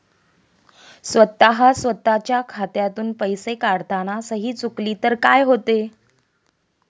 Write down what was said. स्वतः स्वतःच्या खात्यातून पैसे काढताना सही चुकली तर काय होते?